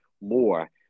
more